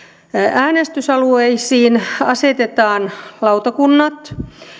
äänestysalueisiin asetetaan lautakunnat